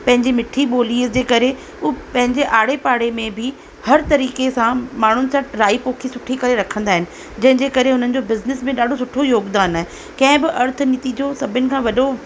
पंहिंजी मिठी ॿोलीअ जे करे उहा पंहिंजे आड़े पाड़े में बि हर तरीक़े सां माण्हुनि सां ट्राई पोखी सुठी करे रखंदा आहिनि जंहिंजे करे उन्हनि जो बिज़निस में ॾाढो सुठो योगदान आहे कंहिं बि अर्थ नीति जो सभिनि खां वॾो